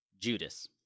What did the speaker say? Judas